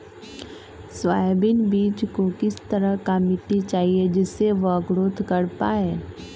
Soybean बीज को किस तरह का मिट्टी चाहिए जिससे वह ग्रोथ कर पाए?